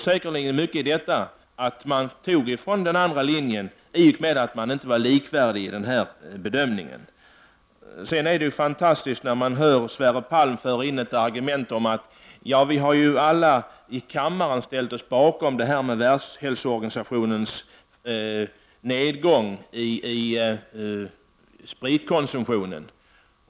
Säkerligen tog man mycket från den andra linjen därför att linjerna inte var likvärdiga i detta avseende. Sverre Palm för in argumentet att vi alla i denna kammare ju har ställt oss bakom Världshälsoorganisationens mål att minska spritkonsumtionen.